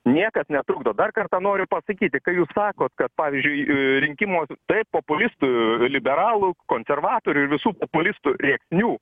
niekas netrukdo dar kartą noriu pasakyti kai jūs sakot kad pavyzdžiui rinkimų taip populistų liberalų konservatorių ir visų populistų rėksnių